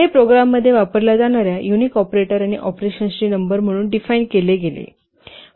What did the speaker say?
हे प्रोग्राममध्ये वापरल्या जाणार्या युनिक ऑपरेटर आणि ऑपरेशन्सची नंबर म्हणून डिफाइन केले गेले आहे